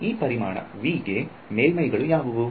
ಈ ಪರಿಮಾಣ V ಗೆ ಮೇಲ್ಮೈಗಳು ಯಾವುವು